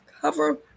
Cover